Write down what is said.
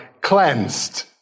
cleansed